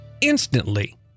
instantly